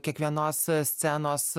kiekvienos scenos